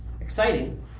exciting